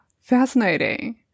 fascinating